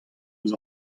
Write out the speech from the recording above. ouzh